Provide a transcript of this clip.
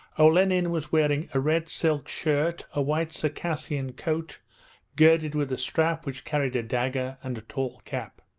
olenin was wearing a red silk shirt, a white circassian coat girdled with a strap which carried a dagger, and a tall cap.